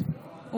לא שומעים.